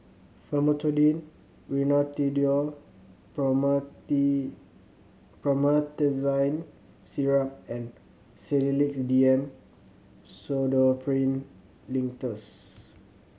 Famotidine Rhinathiol Promethazine Syrup and Sedilix D M Pseudoephrine Linctus